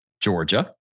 Georgia